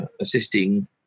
assisting